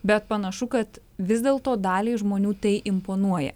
bet panašu kad vis dėl to daliai žmonių tai imponuoja